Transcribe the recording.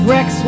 Rex